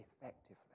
effectively